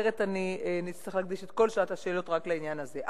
אחרת נצטרך להקדיש את כל שעת השאלות רק לעניין הזה.